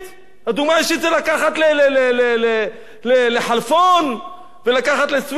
הדוגמה האישית זה לקחת לחלפון, ולקחת לסויסה,